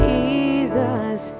Jesus